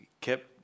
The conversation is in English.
kept